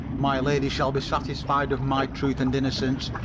my lady shall be satisfied of my truth and innocence,